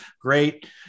great